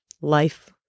life